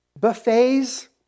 buffets